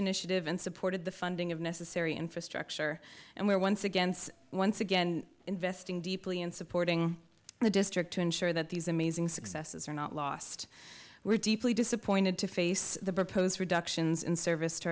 initiative and supported the funding of necessary infrastructure and we are once again once again investing deeply in supporting the district to ensure that these amazing successes are not lost we're deeply disappointed to face the proposed reductions in service to